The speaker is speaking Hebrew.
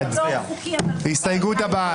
1 ההסתייגות מס'